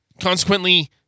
consequently